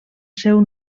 seu